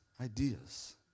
ideas